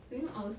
you know I was